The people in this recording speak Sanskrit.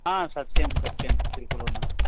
सत्यं सत्यं स्वीकुर्वन्नस्मि